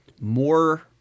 more